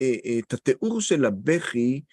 את התיאור של הבכי